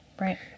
right